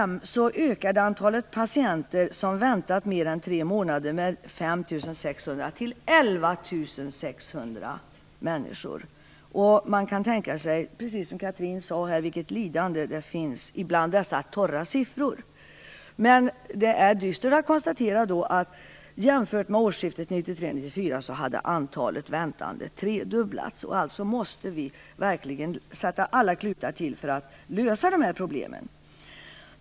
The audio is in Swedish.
Man kan, precis som Chatrine Pålsson sade, tänka sig vilket lidande det finns bland dessa torra siffror. Det är dystert att kunna konstatera att antalet väntande, jämfört med årsskiftet 1993-1994, hade tredubblats. Vi måste alltså verkligen sätta alla klutar till för att lösa dessa problem.